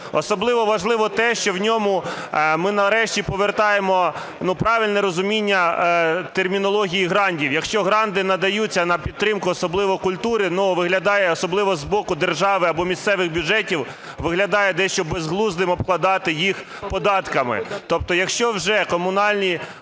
Особливо важливо те, що в ньому ми нарешті повертаємо правильне розуміння термінології грантів. Якщо гранти надаються на підтримку особливо культури, виглядає, особливо з боку держави або місцевих бюджетів, виглядає дещо безглуздим обкладати їх податками.